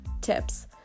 tips